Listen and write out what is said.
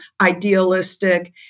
idealistic